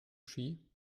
ski